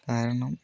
കാരണം